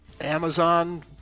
amazon